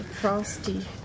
Frosty